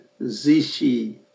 zishi